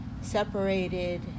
separated